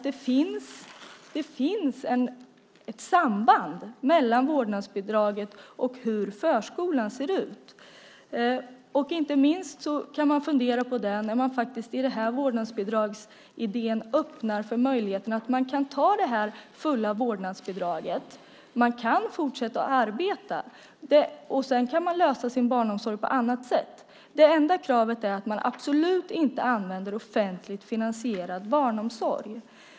Det finns ett samband mellan vårdnadsbidraget och hur förskolan ser ut. Inte minst kan man fundera på det när man i vårdnadsbidragsidén öppnar för möjligheten att ta det fulla vårdnadsbidraget, fortsätta och arbeta, och sedan kan man lösa sin barnomsorg på annat sätt. Det enda kravet är att man absolut inte använder offentligt finansierad barnomsorg.